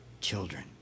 children